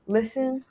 listen